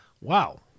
Wow